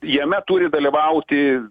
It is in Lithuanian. jame turi dalyvauti